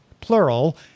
plural